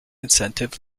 incentive